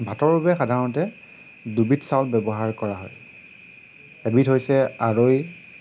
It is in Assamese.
ভাতৰ বাবে সাধাৰণতে দুবিধ চাউল ব্যৱহাৰ কৰা হয় এবিধ হৈছে আৰৈ